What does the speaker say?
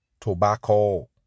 tobacco